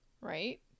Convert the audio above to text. right